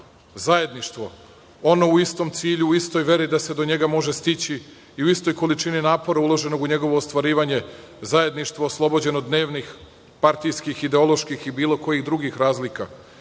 zajedništvo, ono u istom cilju i istoj veri da se do njega može stići i u istoj količini napora uloženog u njegovo ostvarivanje, zajedništvo oslobođeno od dnevnih, partijskih, ideoloških i bilo kojih drugih razlika